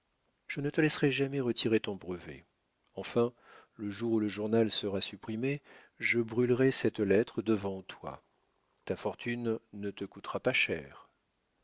je ne te laisserai jamais retirer ton brevet enfin le jour où le journal sera supprimé je brûlerai cette lettre devant toi ta fortune ne te coûtera pas cher